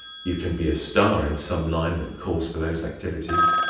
you can be a star in some line that calls for those activities.